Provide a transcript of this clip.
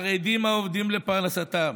חרדים העובדים לפרנסתם,